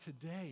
today